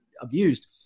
abused